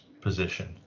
position